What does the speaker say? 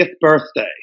birthday